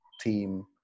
team